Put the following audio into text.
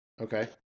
Okay